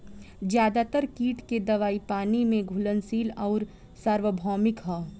ज्यादातर कीट के दवाई पानी में घुलनशील आउर सार्वभौमिक ह?